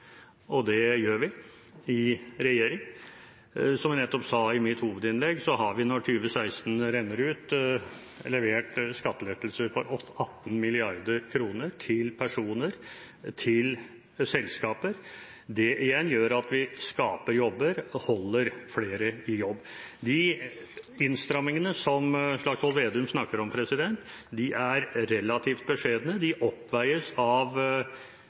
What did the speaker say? mindre. Det gjør vi i regjering. Som jeg nettopp sa i mitt hovedinnlegg, har vi når 2016 renner ut, levert skattelettelser for 18 mrd. kr til personer og selskaper. Det igjen gjør at vi skaper jobber og holder flere i jobb. De innstrammingene som Slagsvold Vedum snakker om, er relativt beskjedne. De oppveies av